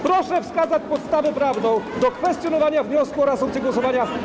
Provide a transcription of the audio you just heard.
Proszę wskazać podstawę prawną do kwestionowania wniosku o reasumpcję głosowania.